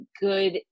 good